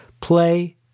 Play